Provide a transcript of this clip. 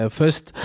first